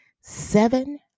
seven